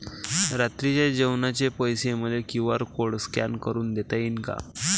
रात्रीच्या जेवणाचे पैसे मले क्यू.आर कोड स्कॅन करून देता येईन का?